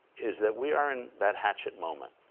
is that we are in that hatchet moment